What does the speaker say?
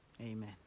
Amen